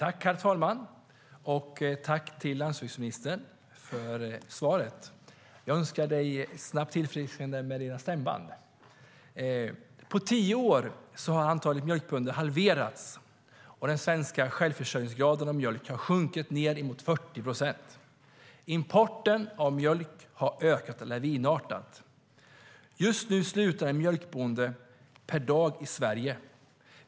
Herr talman! Jag tackar landsbygdsministern för svaret och önskar honom ett snabbt tillfrisknande med stämbanden! På tio år har antalet mjölkbönder halverats. Den svenska självförsörjningsgraden på mjölk har sjunkit ned emot 40 procent. Importen av mjölk har ökat lavinartat. Just nu slutar en mjölkbonde per dag i Sverige.